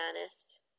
honest